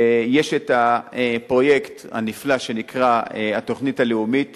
ויש הפרויקט הנפלא שנקרא התוכנית הלאומית